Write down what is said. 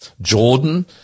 Jordan